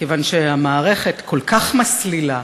כיוון שהמערכת כל כך מסלילה,